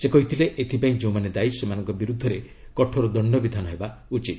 ସେ କହିଥିଲେ ଏଥିପାଇଁ ଯେଉଁମାନେ ଦାୟୀ ସେମାନଙ୍କ ବିରୁଦ୍ଧରେ କଠୋର ଦଣ୍ଡବିଧାନ ହେବା ଉଚିତ